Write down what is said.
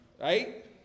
Right